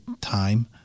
time